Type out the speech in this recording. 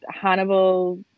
Hannibal